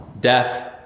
death